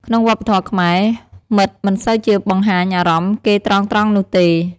ក្នុងវប្បធម៌ខ្មែរ មិត្តមិនសូវជាបង្ហាញអារម្មណ៍គេត្រង់ៗនោះទេ។